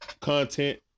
content